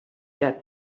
that